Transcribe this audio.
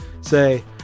say